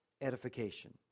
edification